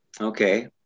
Okay